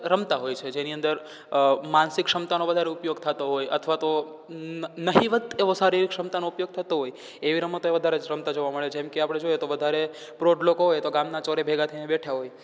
રમતા હોય છે જેની અંદર માનસિક ક્ષમતાનો વધારે ઉપયોગ થતો હોય અથવા તો નહિવત એવો શારીરિક ક્ષમતાનો ઉપયોગ થતો હોય એવી રમતો એ વધારે જોવા મળે છે જેમકે આપણે જોઈએ તો વધારે પ્રૌઢ લોકો હોય તો ગામના ચોરે ભેગા થઈને બેઠાં હોય